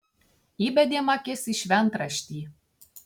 įbedėm akis į šventraštį